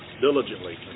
diligently